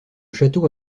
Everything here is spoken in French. château